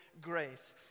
grace